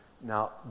Now